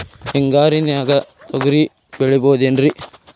ಹಿಂಗಾರಿನ್ಯಾಗ ತೊಗ್ರಿ ಬೆಳಿಬೊದೇನ್ರೇ?